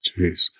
Jeez